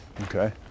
Okay